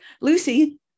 Lucy